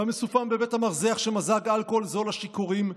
במשופם בבית המרזח שמזג אלכוהול זול לשיכורים,